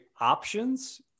options